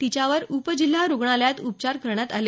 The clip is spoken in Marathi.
तिच्यावर उपजिल्हा रुग्णालयात उपचार करण्यात आले